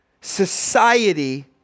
society